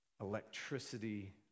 electricity